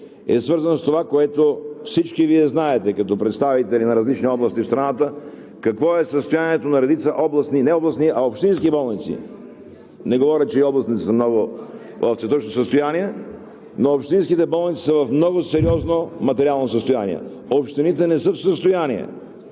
е свързано с това, което всички Вие знаете като представители на различни области в страната – какво е състоянието на редица общински болници. Не говоря, че и областните са в цветущо състояние, но общинските болници са в много сериозно материално състояние. Общините не са в състояние